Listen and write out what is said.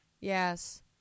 yes